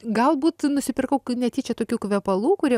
galbūt nusipirkau netyčia tokių kvepalų kurie